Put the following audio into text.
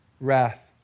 wrath